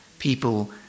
people